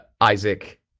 Isaac